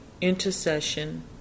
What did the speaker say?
intercession